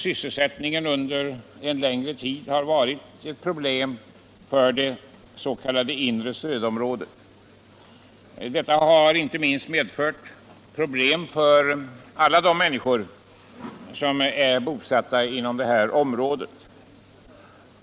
Sysselsättningen har under en längre tid varit ett problem för det s.k. inre stödområdet. Detta har inte minst medfört problem för alla de människor som är bosatta inom det här området.